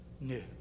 new